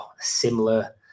similar